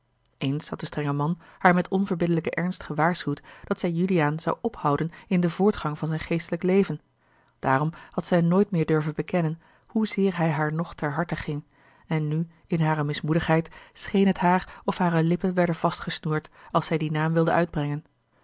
eens had de strenge man haar met onverbiddelijken ernst gewaarschuwd dat zij juliaan zou ophouden in den voortgang van zijn geestelijk leven daarom had zij nooit meer durven bekennen hoezeer hij haar nog ter harte ging en nu in hare mismoedigheid scheen het haar of hare lippen werden vastgesnoerd als zij dien naam wilde uitbrengen